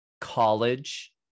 college